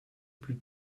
plus